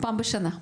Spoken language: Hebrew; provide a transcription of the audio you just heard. פעם בשנה.